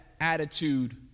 attitude